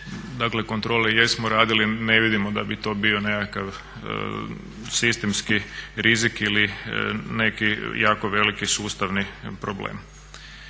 Dakle kontrole jesmo radili, ne vidimo da bi to bio nekakav sistemski rizik ili neki jako veliki sustavni problem.